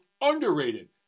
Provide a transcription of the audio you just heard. underrated